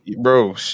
bro